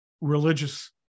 religious